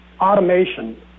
automation